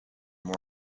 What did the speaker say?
more